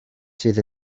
sydd